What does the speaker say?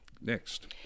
Next